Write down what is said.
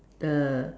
the